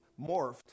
morphed